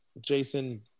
Jason